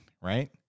right